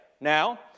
Now